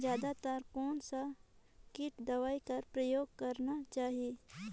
जादा तर कोन स किट दवाई कर प्रयोग करना चाही?